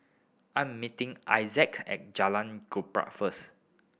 I am meeting Ignatz at Jalan Gembira first